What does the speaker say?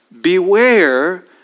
beware